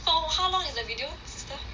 how how long is the video for